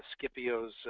Scipio's